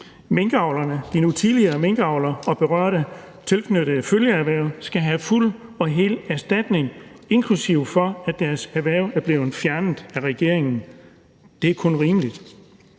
Venstre er, at de nu tidligere minkavlere og berørte tilknyttede følgeerhverv skal have fuld og hel erstatning, inklusive erstatning for, at deres erhverv er blevet fjernet af regeringen. Det er kun rimeligt.